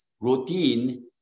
routine